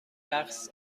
رقص